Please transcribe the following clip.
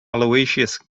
aloysius